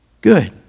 good